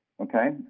okay